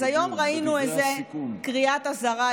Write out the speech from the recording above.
אז היום ראינו איזו קריאת אזהרה,